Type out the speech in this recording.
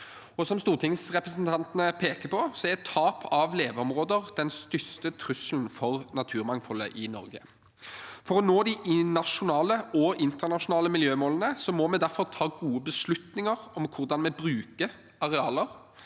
Som stortingsrepresentantene peker på, er tap av leveområder den største trusselen for naturmangfoldet i Norge. For å nå de nasjonale og internasjonale miljømålene må vi derfor ta gode beslutninger om hvordan vi bruker arealer.